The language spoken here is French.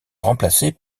remplacés